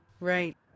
Right